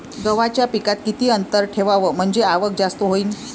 गव्हाच्या पिकात किती अंतर ठेवाव म्हनजे आवक जास्त होईन?